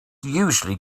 usually